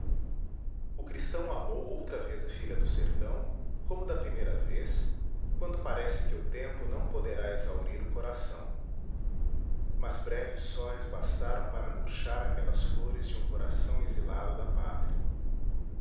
o cristão amou outra vez a filha do sertão como da primeira vez quando parece que o tempo não poderá exaurir o coração mas breves sóis bastaram para murchar aquelas flores de um coração exilado da pátria